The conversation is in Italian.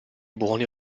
buoni